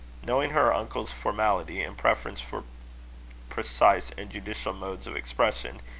knowing her uncle's formality, and preference for precise and judicial modes of expression,